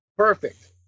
Perfect